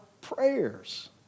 prayers